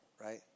right